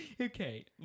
Okay